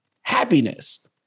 happiness